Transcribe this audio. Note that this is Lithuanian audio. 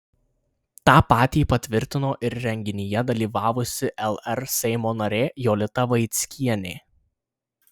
tą patį patvirtino ir renginyje dalyvavusi lr seimo narė jolita vaickienė